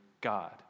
God